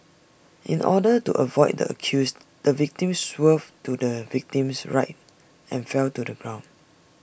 in order to avoid the accused the victim swerved to the victim's right and fell to the ground